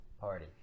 party